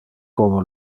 como